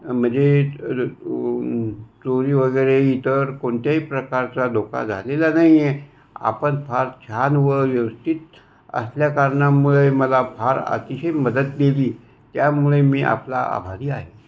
म्हणजे चोरी वगैरे इतर कोणत्याही प्रकारचा धोका झालेला नाही आहे आपण फार छान व व्यवस्थित असल्या कारणामुळे मला फार अतिशय मदत केली त्यामुळे मी आपला आभारी आहे